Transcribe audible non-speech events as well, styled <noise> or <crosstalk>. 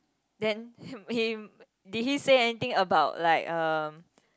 then <laughs> did he say anything about like um